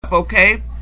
okay